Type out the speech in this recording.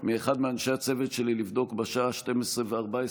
מאחד מאנשי הצוות שלי לבדוק, בשעה 00:14,